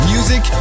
Music